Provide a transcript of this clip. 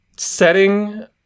Setting